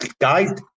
guys